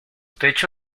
techo